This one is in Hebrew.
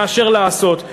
מאשר לעשות.